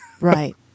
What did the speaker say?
Right